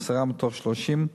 עשרה מתוך 30,